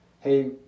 Hey